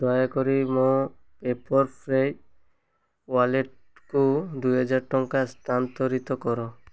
ଦୟାକରି ମୋ ପେପର୍ଫ୍ରାଏ ୱାଲେଟକୁ ଦୁଇହଜାର ଟଙ୍କା ସ୍ଥାନାନ୍ତରିତ କର